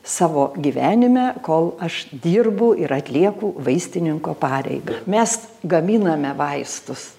savo gyvenime kol aš dirbu ir atlieku vaistininko pareigą mes gaminame vaistus